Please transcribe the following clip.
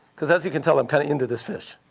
because as you can tell, i'm kind of into this fish.